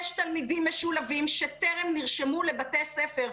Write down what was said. יש תלמידים משולבים שטרם נרשמו לבתי הספר,